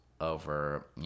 over